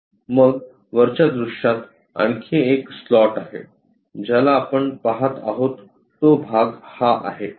मग वरच्या दृश्यात आणखी एक स्लॉट आहे ज्याला आपण पहात आहोत तो भाग हा आहे